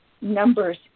numbers